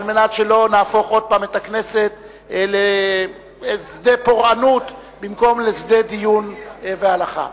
על מנת שלא נהפוך עוד פעם את הכנסת לשדה פורענות במקום לשדה דיון והלכה.